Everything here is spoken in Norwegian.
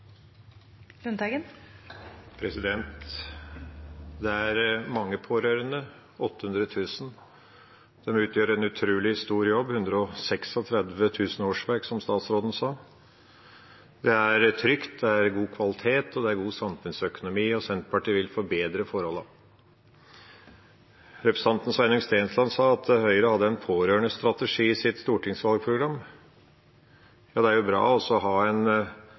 mange pårørende – 800 000. De gjør en utrolig stor jobb – 136 000 årsverk, som statsråden sa. Det er trygt, det er god kvalitet, det er god samfunnsøkonomi, og Senterpartiet vil forbedre forholdene. Representanten Sveinung Stensland sa at Høyre hadde en pårørendestrategi i sitt stortingsvalgprogram. Det er bra å ha en